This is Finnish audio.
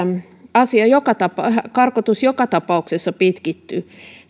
karkotus joka tapauksessa pitkittyy